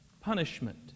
punishment